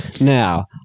Now